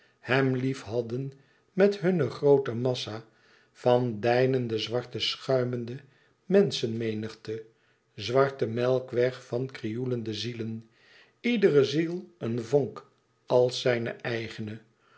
hem liefhadden met hunne groote massa van deinende zwarte schuimende menschenmenigte zwarte melkweg van krioelende zielen iedere ziel een vonk als zijne eigene